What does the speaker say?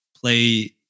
play